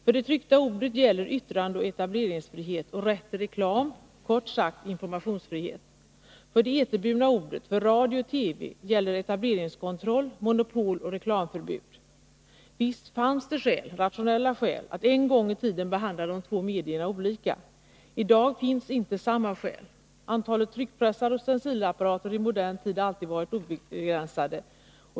För det tryckta ordet gäller yttrandeoch etableringsfrihet och rätt till reklam, kort sagt informationsfrihet. För det eterburna ordet, för radio och TV gäller etableringskontroll, monopol och reklamförbud. Visst fanns det skäl, rationella skäl, att en gång i tiden behandla de två medierna olika. I dag finns inte samma skäl. Antalet tryckpressar och stencilapparater har i modern tid alltid varit obegränsat.